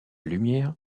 lumière